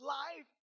life